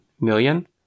million